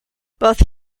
both